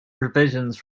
provisions